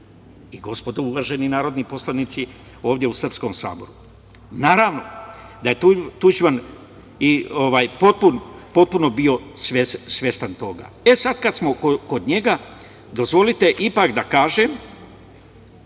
i gospodo uvaženi narodni poslanici ovde u srpskom saboru? Naravno da je Tuđman i potpuno bio svestan toga. E, sad kada smo kod njega, dozvolite ipak da kažem,